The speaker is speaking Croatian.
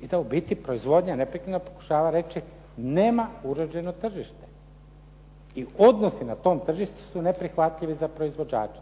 i da u biti proizvodnja neprekidno pokušava reći nema uređeno tržište. I odnosi su na tom tržištu su neprihvatljivi za proizvođače.